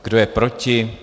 Kdo je proti?